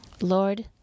Lord